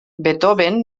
beethoven